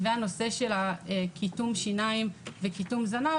הנושא של קיטום שיניים וקיטום זנב,